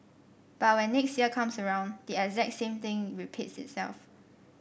but when next year comes around the exact same thing repeats itself